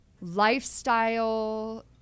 lifestyle